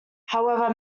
however